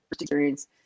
experience